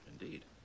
Indeed